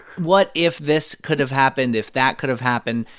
what if this could have happened, if that could have happened?